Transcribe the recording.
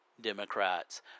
Democrats